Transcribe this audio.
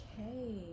okay